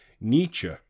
Nietzsche